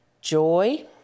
joy